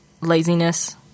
laziness